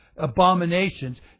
Abominations